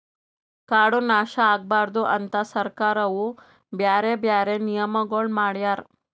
ಕಾಡು ನಾಶ ಆಗಬಾರದು ಅಂತ್ ಸರ್ಕಾರವು ಬ್ಯಾರೆ ಬ್ಯಾರೆ ನಿಯಮಗೊಳ್ ಮಾಡ್ಯಾರ್